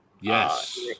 Yes